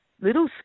little